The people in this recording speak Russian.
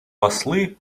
послы